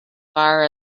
far